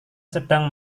sedang